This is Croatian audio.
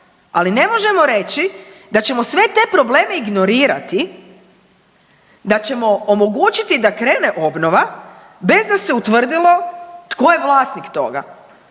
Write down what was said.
ali ne možemo reći da ćemo sve te probleme ignorirati, da ćemo omogućiti da krene obnova bez da se utvrdilo tko je vlasnik toga.